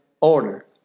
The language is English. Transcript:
order